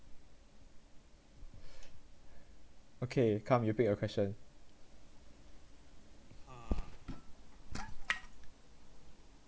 okay come you pick your question